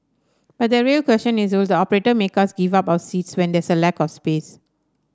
but the real question is will the operator make us give up our seats when there's a lack of space